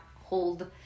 hold